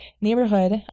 neighborhood